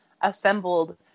assembled